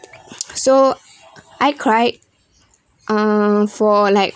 so I cried ah for like